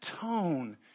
tone